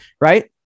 right